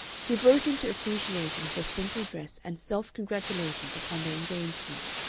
he broke into appreciation of her simple dress and self-congratulations upon their engagement.